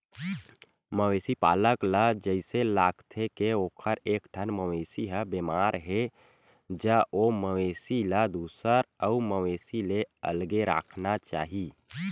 मवेशी पालक ल जइसे लागथे के ओखर एकठन मवेशी ह बेमार हे ज ओ मवेशी ल दूसर अउ मवेशी ले अलगे राखना चाही